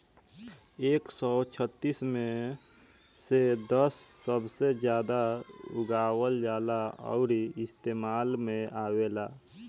एक सौ छत्तीस मे से दस सबसे जादा उगावल जाला अउरी इस्तेमाल मे आवेला